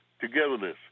togetherness